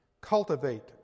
Cultivate